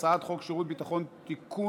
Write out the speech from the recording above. הצעת חוק שירות ביטחון (תיקון,